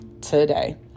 today